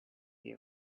you